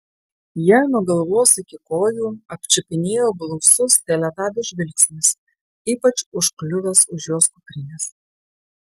ją nuo galvos iki kojų apčiupinėjo blausus teletabio žvilgsnis ypač užkliuvęs už jos kuprinės